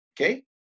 Okay